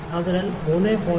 അതിനാൽ 3